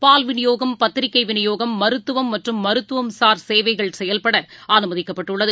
பால் விநியோகம் பத்திரிகைவிநியோகம் மருத்துவம் மற்றும் மருத்துவசார் சேவைகள் செயல்படஅனுமதிக்கப்பட்டுள்ளது